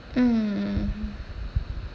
mm